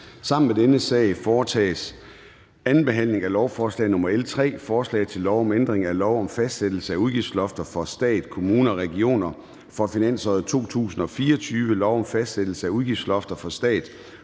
Sammen med dette punkt foretages: 3) 2. behandling af lovforslag nr. L 3: Forslag til lov om ændring af lov om fastsættelse af udgiftslofter for stat, kommuner og regioner for finansåret 2024, lov om fastsættelse af udgiftslofter for stat,